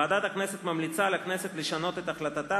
ועדת הכנסת ממליצה לכנסת לשנות את החלטתה